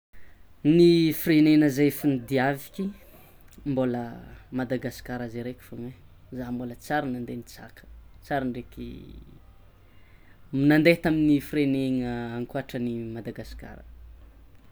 Ny firenena efa nidiaviky mbola Madagasikara zay raiky fogna e, zah mbola tsary nande nitsaka tsary ndreky nande tamin'ny firenena ankoatran'i Madagasikara.